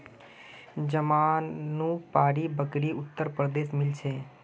जमानुपारी बकरी उत्तर प्रदेशत मिल छे